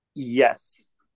yes